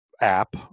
app